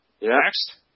Next